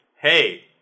hey